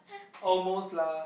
almost lah